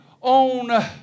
on